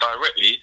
directly